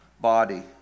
body